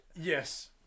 Yes